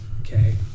okay